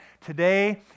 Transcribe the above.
today